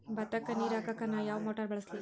ಭತ್ತಕ್ಕ ನೇರ ಹಾಕಾಕ್ ನಾ ಯಾವ್ ಮೋಟರ್ ಬಳಸ್ಲಿ?